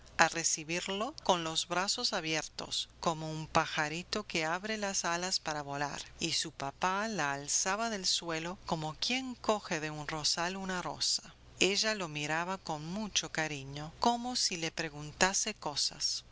a recibirlo con los brazos abiertos como un pajarito que abre las alas para volar y su papá la alzaba del suelo como quien coge de un rosal una rosa ella lo miraba con mucho cariño como si le preguntase cosas